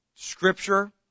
Scripture